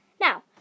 Now